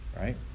right